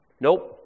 Nope